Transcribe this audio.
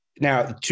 now